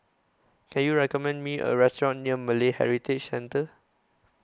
Can YOU recommend Me A Restaurant near Malay Heritage Centre